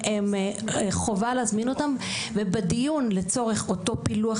חובה להזמין אותם ובדיון לצורך אותו פילוח